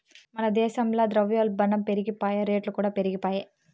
మన దేశంల ద్రవ్యోల్బనం పెరిగిపాయె, రేట్లుకూడా పెరిగిపాయె